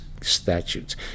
statutes